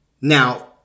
Now